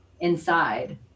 inside